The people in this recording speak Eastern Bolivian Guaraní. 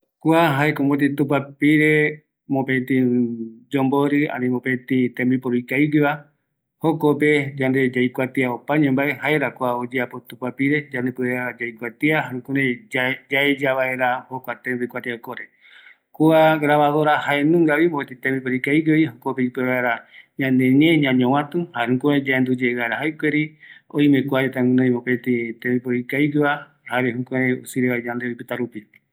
Kua ñeñovatuä jaeko tembiporu, aguiyeara ñanemiari ökañi, kua öimema jeta kïraï ou, ëreï ikaviyae kua tembiporu ñano vaera